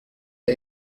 der